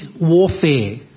warfare